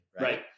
Right